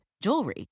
jewelry